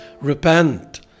Repent